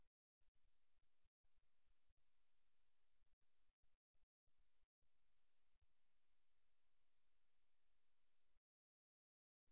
இதேபோல் நிற்கும்போது அல்லது உட்கார்ந்திருக்கும்போது கால்களைத் தட்டினால் பொறுமையின்மையைக் குறிக்கிறது அதே நேரத்தில் சொல்லப்படுவதில் ஒரு குறிப்பிட்ட அதிருப்தியையும் இது பரிந்துரைக்கலாம்